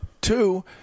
two